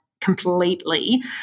completely